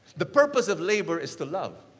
the purpose of labor is to love.